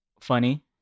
funny